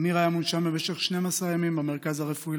אמיר היה מונשם במשך 12 ימים במרכז הרפואי